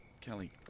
Kelly